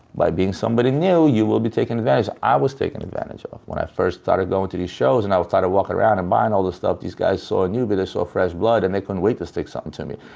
by being somebody new, you will be taken advantage off. i was taken advantage off. when i first started going to these shows, and i would start and walk around and buying all this stuff, these guys saw a newbie. they saw fresh blood, and they couldn't wait to stick something to me,